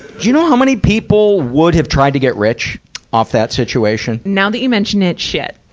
you know how many people would have tried to get rich off that situation? now that you mention it, shit.